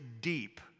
deep